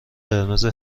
قرمز